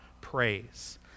praise